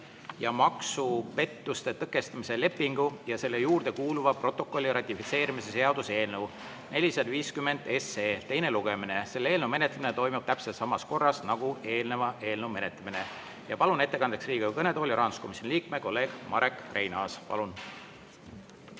ja maksupettuste tõkestamise lepingu ja selle juurde kuuluva protokolli ratifitseerimise seaduse eelnõu 450 teine lugemine. Selle eelnõu menetlemine toimub täpselt samas korras nagu eelnenud eelnõu menetlemine. Palun ettekandeks Riigikogu kõnetooli rahanduskomisjoni liikme, kolleeg Marek Reinaasa. Palun!